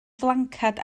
flanced